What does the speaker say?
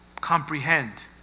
comprehend